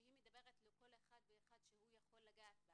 שהיא מדברת לכל אחד ואחד שהוא יכול לגעת בה.